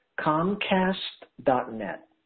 comcast.net